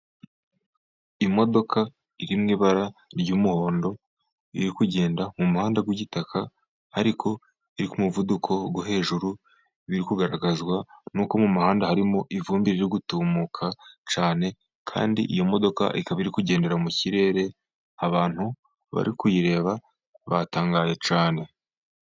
Imodoka iri mu ibara ry'umuhondo, iri kugenda mu muhanda w'igitaka, ariko iri ku muvuduko wo hejuru, biri kugaragazwa n'uko mu muhanda harimo ivumbi riri gutumuka cyane, kandi iyo modoka ikaba iri kugendera mu kirere, abantu bari kuyireba batangaye cyane.